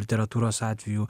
literatūros atveju